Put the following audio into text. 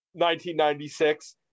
1996